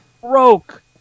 broke